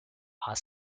are